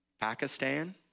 Pakistan